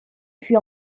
fut